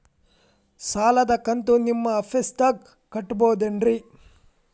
ಸಾಲದ ಕಂತು ನಿಮ್ಮ ಆಫೇಸ್ದಾಗ ಕಟ್ಟಬಹುದೇನ್ರಿ?